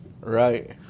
Right